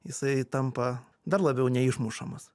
jisai tampa dar labiau neišmušamas